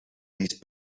these